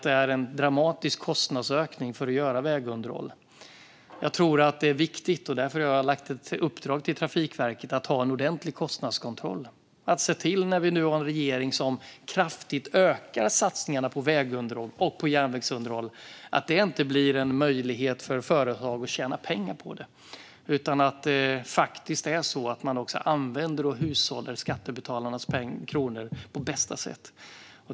Det är en dramatisk kostnadsökning för vägunderhåll. Jag har därför lagt ett uppdrag till Trafikverket att göra en ordentlig kostnadskontroll. När vi nu har en regering som kraftigt ökar satsningarna på vägunderhåll och järnvägsunderhåll ska det inte bli en möjlighet för företag att tjäna pengar. I stället ska vi använda och hushålla med skattebetalarnas kronor på bästa sätt.